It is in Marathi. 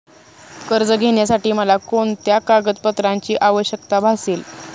कर्ज घेण्यासाठी मला कोणत्या कागदपत्रांची आवश्यकता भासेल?